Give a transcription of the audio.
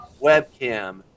webcam